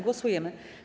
Głosujemy.